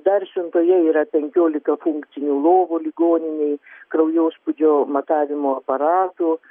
dar siuntoje yra penkiolika funkcinių lovų ligoninei kraujospūdžio matavimo aparatų